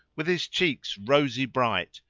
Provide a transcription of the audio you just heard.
with his cheeks rosy bright,